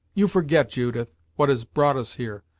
you forget, judith, what has brought us here,